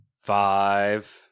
Five